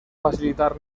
facilitar